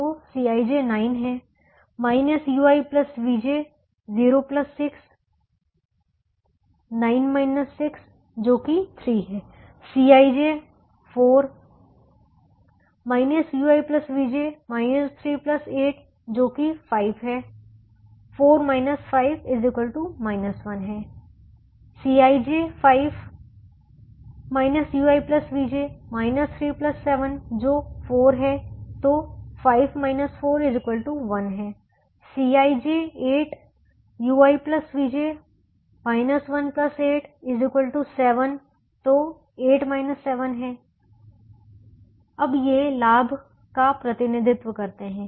तो Cij 9 है ui vj 0 6 9 6 जो कि 3 है Cij 4 ui vj 3 8 जो कि 5 है 4 5 1 है Cij 5 ui vj 3 7 जो 4 है तो 5 4 1 है Cij 8 ui vj 18 7 तो 8 7 1 है अब ये लाभ का प्रतिनिधित्व करते हैं